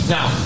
Now